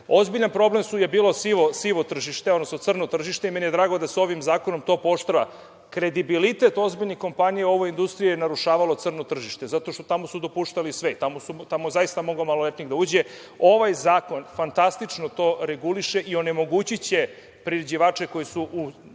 problem je bilo sivo tržište, odnosno crno tržište. Meni je drago da se ovim zakonom to pooštrava. Kredibilitet ozbiljnih kompanija u ovoj industriji je narušavalo crno tržište zato što su tamo dopuštali sve, tamo je zaista moglo maloletnih da uđe. Ovaj zakon fantastično to reguliše i onemogućiće priređivače koji su